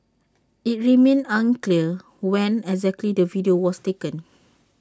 IT remains unclear when exactly the video was taken